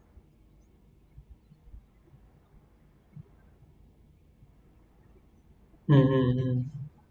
mm mm mm